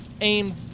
aim